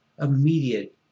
immediate